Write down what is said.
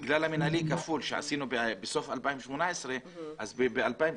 בגלל המנהלי הכפול שעשינו בסוף 2018 אז ב-2019,